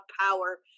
power